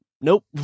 Nope